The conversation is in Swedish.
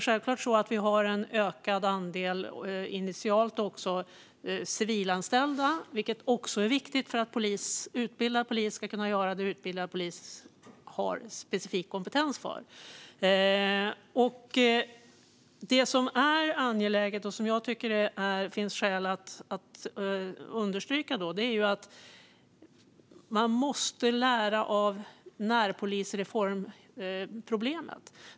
Självklart har vi initialt också en ökad andel civilanställda, vilket är viktigt för att utbildad polis ska kunna göra det som utbildad polis har specifik kompetens för. Det är angeläget och finns skäl att understryka att man drar lärdom av problemen med närpolisreformen.